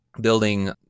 building